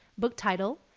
book title,